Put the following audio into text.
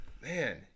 Man